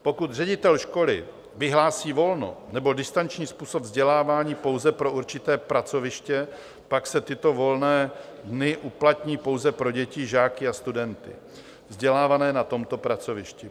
Pokud ředitel školy vyhlásí volno nebo distanční způsob vzdělávání pouze pro určité pracoviště, pak se tyto volné dny uplatní pouze pro děti, žáky a studenty vzdělávané na tomto pracovišti.